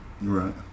Right